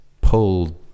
pull